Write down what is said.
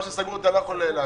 מה שסגור אתה לא יכול להאריך.